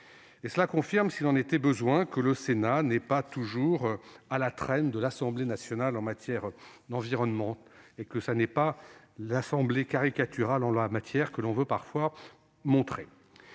Cela confirme, s'il en était besoin, que le Sénat n'est pas toujours à la traîne de l'Assemblée nationale en matière environnementale et qu'il n'est pas l'assemblée caricaturale que l'on veut parfois présenter